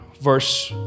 verse